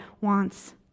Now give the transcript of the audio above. wants